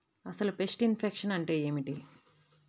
అసలు pest infection అంటే ఏమిటి?